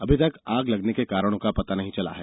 अभी तक आग लगने के कारणों का पता नहीं चला है